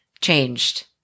changed